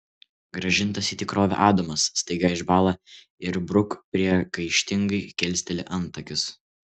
grąžintas į tikrovę adamas staiga išbąla ir bruk priekaištingai kilsteli antakius